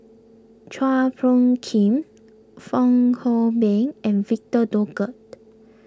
Chua Phung Kim Fong Hoe Beng and Victor Doggett